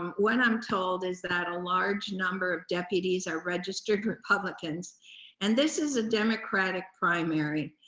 what i'm told is that a large number of deputies are registered republicans and this is a democratic primary.